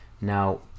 Now